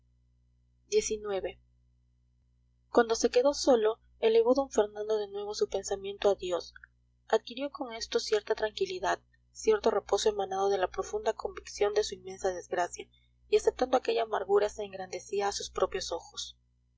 cuando se quedó solo elevó d fernando de nuevo su pensamiento a dios adquirió con esto cierta tranquilidad cierto reposo emanado de la profunda convicción de su inmensa desgracia y aceptando aquella amargura se engrandecía a sus propios ojos